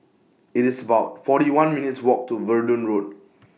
IT IS about forty one minutes' Walk to Verdun Road